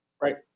Right